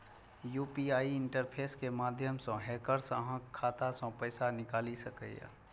UPI interface के माध्यम सं हैकर्स अहांक खाता सं पैसा निकालि सकैए